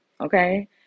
okay